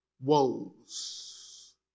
woes